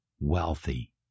wealthy